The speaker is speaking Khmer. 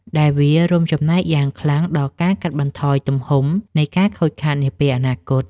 ដែលវារួមចំណែកយ៉ាងខ្លាំងដល់ការកាត់បន្ថយទំហំនៃការខូចខាតនាពេលអនាគត។